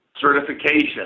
certification